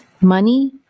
Money